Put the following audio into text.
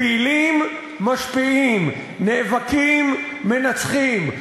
פעילים משפיעים, נאבקים, מנצחים.